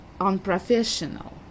unprofessional